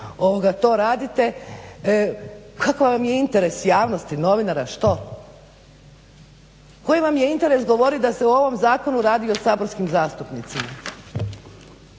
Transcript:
to radite. Kakav vam je interes? Javnosti, novinara, što? Koji vam je interes govoriti da se u ovom zakonu radi i o saborskim zastupnicima?